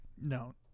No